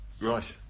Right